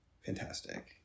fantastic